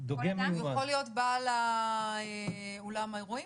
בעל אולם האירועים?